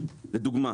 לדוגמה.